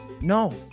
No